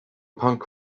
punk